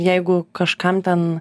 jeigu kažkam ten